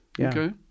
Okay